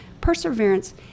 perseverance